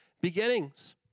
beginnings